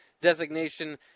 designation